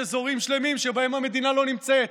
אזורים שלמים שבהם המדינה לא נמצאת,